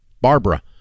Barbara